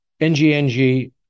NGNG